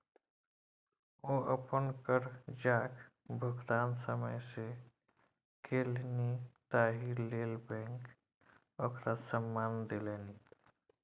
ओ अपन करजाक भुगतान समय सँ केलनि ताहि लेल बैंक ओकरा सम्मान देलनि